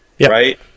right